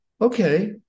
okay